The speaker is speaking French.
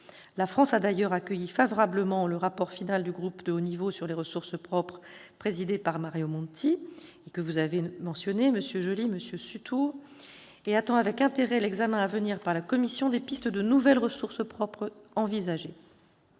La France a d'ailleurs accueilli favorablement le rapport final du groupe de haut niveau sur les ressources propres, présidé par Mario Monti, que vous avez mentionné, monsieur le rapporteur spécial, monsieur Sutour, et attend avec intérêt l'examen à venir par la Commission des pistes de nouvelles ressources propres envisagées.